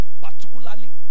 particularly